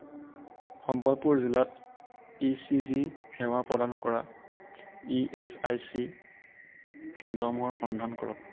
সম্বলপুৰ জিলাত E C G সেৱা প্ৰদান কৰা ই এচ আই চি কেন্দ্ৰসমূহৰ সন্ধান কৰক